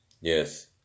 Yes